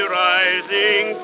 rising